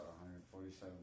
147